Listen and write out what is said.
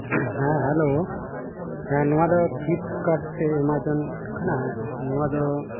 ᱦᱮᱸ ᱦᱮᱞᱳ ᱦᱮᱸ ᱱᱚᱣᱟ ᱫᱚ ᱯᱷᱤᱞᱤᱯᱠᱟᱴ ᱥᱮ ᱮᱢᱟᱡᱚᱱ ᱠᱟᱱᱟ ᱱᱚᱣᱟ ᱫᱚ